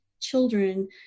children